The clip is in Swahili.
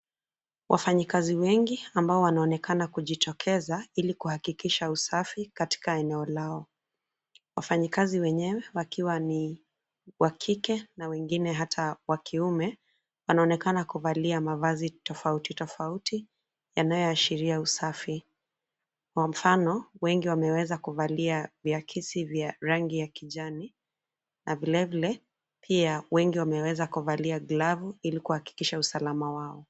Wafanyikazi wengi ambao wanaonekana kujitokeza ili kuhakikisha usafi katika eneo lao. Wafanyikazi wenyewe wakiwa niwa kike na wengine hata wakiume wanaonekana kuvalia mavazi tofauti tofauti yanayoashiria usafi kwa mfano wengi wameweza kuvalia vyakisi vya rangi ya kijani na vile vile pia wengi wameweza kuvalia glavu ili kuhakikisha usalama wao.